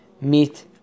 meat